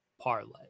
parlay